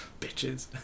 Bitches